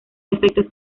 efectos